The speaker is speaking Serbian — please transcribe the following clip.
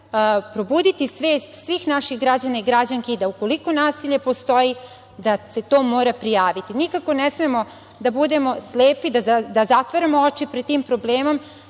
probuditi svest svih naših građana i građanki da ukoliko nasilje postoji, da se to mora prijaviti. Nikako ne smemo da budemo slepi, da zatvaramo oči pred tim problemom,